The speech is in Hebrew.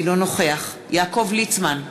אינו נוכח יעקב ליצמן,